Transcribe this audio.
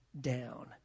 down